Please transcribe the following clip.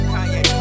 Kanye